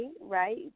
Right